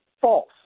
False